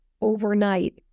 overnight